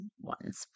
ones